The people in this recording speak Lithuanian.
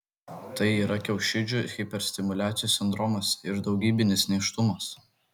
tai yra kiaušidžių hiperstimuliacijos sindromas ir daugybinis nėštumas